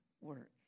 work